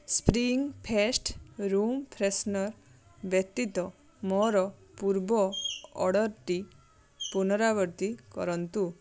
spring ଫେଷ୍ଟ୍ room freshener ବ୍ୟତୀତ ମୋର ପୂର୍ବ ଅର୍ଡ଼ର୍ଟିର ପୁନରାବୃତ୍ତି କରନ୍ତୁ